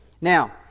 Now